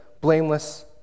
blameless